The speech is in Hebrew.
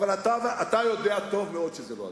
אתה יודע טוב מאוד שזה לא הדיון.